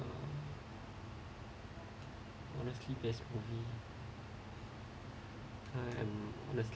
will just keep his movie I am